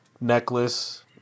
necklace